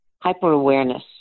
hyper-awareness